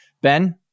Ben